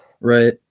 right